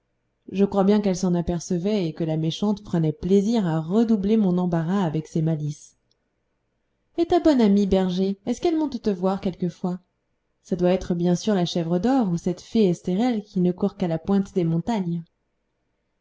je crois bien qu'elle s'en apercevait et que la méchante prenait plaisir à redoubler mon embarras avec ses malices et ta bonne amie berger est-ce qu'elle monte te voir quelquefois ça doit être bien sûr la chèvre d'or ou cette fée estérelle qui ne court qu'à la pointe des montagnes